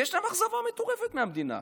יש להם אכזבה מטורפת מהמדינה,